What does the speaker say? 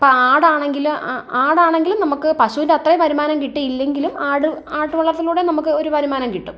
ഇപ്പം ആടാണെങ്കിലും ആടാണെങ്കിലും നമുക്ക് പശുവിന്റെ അത്രയും വരുമാനം കിട്ടിയില്ലെങ്കിലും ആട് ആട്ടുവളർത്തലിലുടെയും നമുക്ക് ഒരു വരുമാനം കിട്ടും